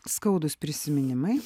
skaudūs prisiminimai